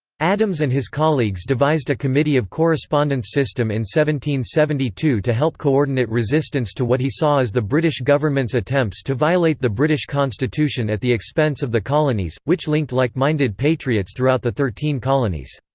adams and his colleagues devised a committee of correspondence system in one seventy two to help coordinate resistance to what he saw as the british government's attempts to violate the british constitution at the expense of the colonies, which linked like-minded patriots throughout the thirteen colonies.